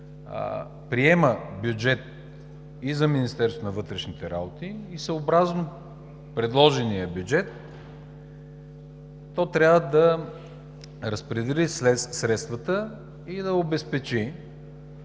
приема бюджет и за Министерството на вътрешните работи, и съобразно предложения бюджет то трябва да разпредели средствата и да обезпечи